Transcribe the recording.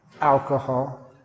alcohol